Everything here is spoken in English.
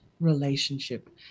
relationship